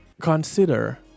consider